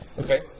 Okay